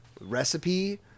recipe